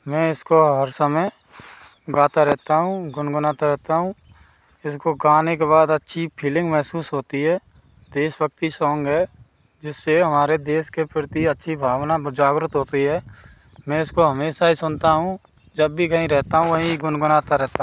मैं इसको हर समय गाता रहता हूँ गुनगुनाता रहता हूँ इसको गाने के बाद अच्छी फिलिंग महसूस होती है देशभक्ति सौंग है जिससे हमारे देश के प्रति अच्छी भावना जागृत होती है मैं इसको हमेशा ही सुनता हूँ जब भी कहीं रहता हूँ वही गुनगुनाता रहता